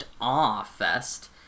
awe-fest